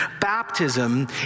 Baptism